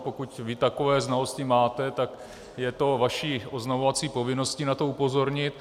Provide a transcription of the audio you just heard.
Pokud vy takové znalosti máte, tak je vaší oznamovací povinností na to upozornit.